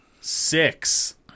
Six